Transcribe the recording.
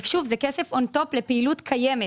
זה כסף on-top לפעילות קיימת.